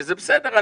וזה בסדר,